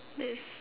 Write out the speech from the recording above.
yes